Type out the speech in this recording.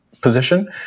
position